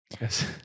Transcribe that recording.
yes